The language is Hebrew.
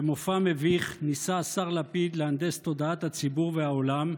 במופע מביך ניסה השר לפיד להנדס את תודעת הציבור והעולם,